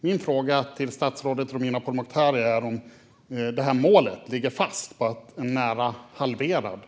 Min fråga till statsrådet Romina Pourmokhtari är om målet om en nära halverad miljöbudget ligger fast.